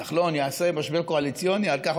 כחלון יעשה משבר קואליציוני על כך?